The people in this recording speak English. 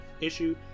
issue